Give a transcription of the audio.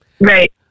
right